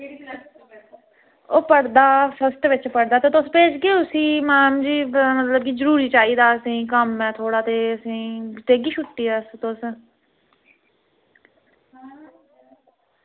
ओह् पढ़दा फर्स्ट बिच पढ़दा ते तुस भेजगे मतलब कि जरूरी चाहिदा हा असें ते थोह्ड़ा कम्म ऐ देगे असें ई छुट्टी तुस